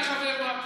הייתי חבר בה,